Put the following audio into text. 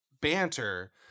banter